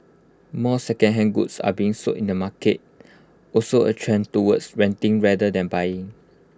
more secondhand goods are being sold in the market also A trend towards renting rather than buying